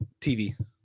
TV